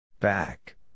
Back